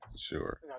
sure